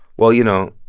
well, you know,